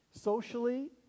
socially